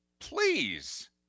Please